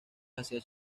hacia